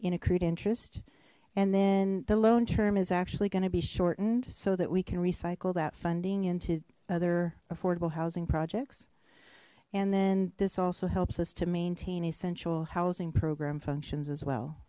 in accrued interest and then the loan term is actually going to be shortened so that we can recycle that funding into other affordable housing projects and then this also helps us to maintain essential housing program